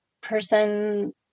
person